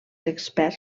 experts